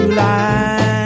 July